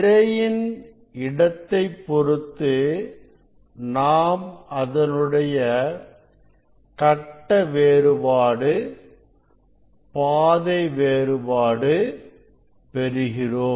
திரையின் இடத்தைப் பொறுத்து நாம் அதனுடைய கட்ட வேறுபாடு பாதை வேறுபாடு பெறுகிறோம்